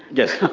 yes.